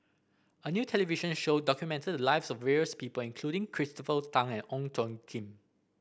a new television show documented the lives of various people including Christopher Tan and Ong Tjoe Kim